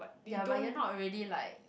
ya but you are not really like